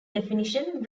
definition